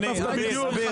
אתה כתבת בדיוק,